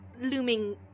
looming